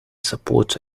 support